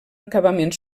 acabament